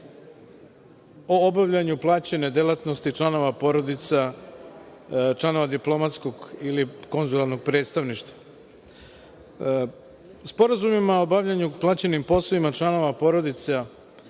o obavljanju plaćene delatnosti članova porodica članova diplomatskog ili konzularnog predstavništva. Sporazumima o bavljenju plaćenim poslovima članovima porodica